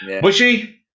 Bushy